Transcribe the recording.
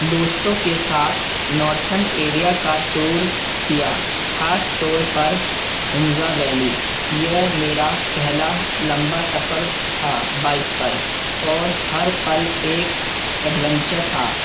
دوستوں کے ساتھ نارتھن ایریا کا ٹور کیا خاص طور پر ہنزا ویلی یہ میرا پہلا لمبا سفر تھا بائک پر اور ہر پل ایک ایڈونچر تھا